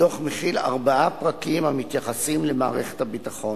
הדוח מכיל ארבעה פרקים המתייחסים למערכת הביטחון,